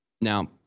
Now